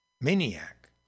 maniac